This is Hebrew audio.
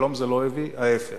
שלום זה לא הביא, ההיפך.